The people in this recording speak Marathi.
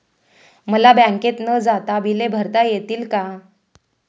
मला बँकेत न जाता बिले भरता येतील का?